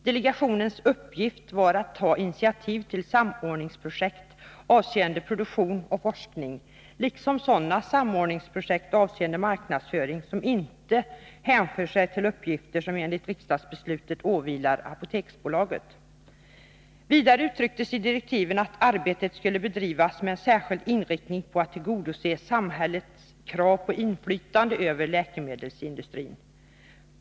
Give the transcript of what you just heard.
Delegationens uppgift var att ta initiativ till samordningsprojekt avseende produktion och forskning liksom till sådana samordningsprojekt avseende marknadsföring som inte hänför sig till uppgifter som enligt riksdagsbeslut åvilar Apoteksbolaget. Vidare uttrycktes i direktiven att arbetet skulle bedrivas med särskild inriktning på att tillgodose samhällets krav på inflytande över läkemedelsindustrin.